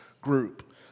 group